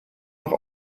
noch